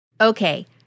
Okay